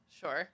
Sure